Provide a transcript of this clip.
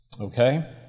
okay